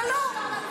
אבל לא.